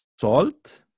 salt